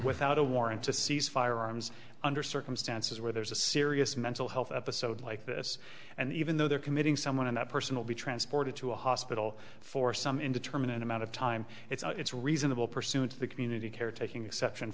without a warrant to cease fire arms under circumstances where there's a serious mental health episode like this and even though they're committing someone and that person will be transported to a hospital for some indeterminate amount of time it's reasonable pursuant to the community care taking exception